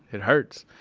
it hurts.